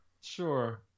Sure